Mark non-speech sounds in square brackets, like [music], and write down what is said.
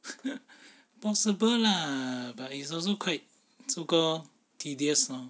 [laughs] possible lah but it's also quite so called tedious lor